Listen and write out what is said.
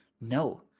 no